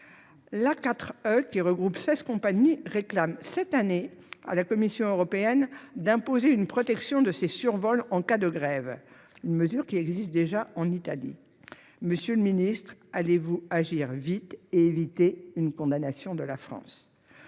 ou, qui regroupe seize compagnies réclame cette année à la Commission européenne d'imposer une protection des survols en cas de grève, mesure qui existe déjà en Italie. Monsieur le ministre, allez-vous agir vite et éviter une condamnation de la France ?